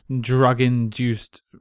drug-induced